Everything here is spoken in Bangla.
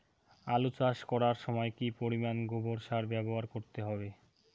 আলু চাষ করার সময় কি পরিমাণ গোবর সার ব্যবহার করতে হবে?